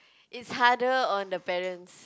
it's harder on the parents